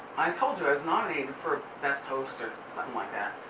i told you i was nominated for best host or something like that.